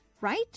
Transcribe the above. Right